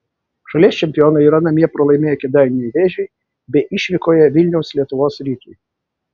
šalies čempionai yra namie pralaimėję kėdainių nevėžiui bei išvykoje vilniaus lietuvos rytui